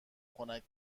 خنک